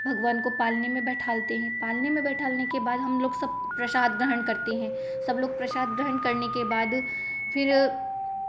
भगवान को पालने में बैठालते हैं पालने में बैठालने के बाद हम लोग सब प्रशाद ग्रहण करते हैं सब लोग प्रसाद ग्रहण करने के बाद फिर